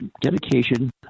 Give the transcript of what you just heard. dedication